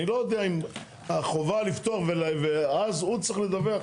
אני לא יודע הם החובה לפתוח ואז הוא צריך לדווח.